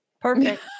Perfect